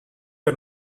are